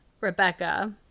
Rebecca